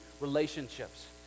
relationships